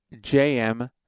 JM